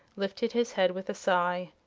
lifted his head with a sigh.